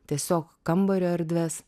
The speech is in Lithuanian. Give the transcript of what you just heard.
tiesiog kambario erdves